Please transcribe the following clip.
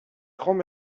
grands